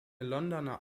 londoner